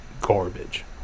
garbage